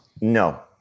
No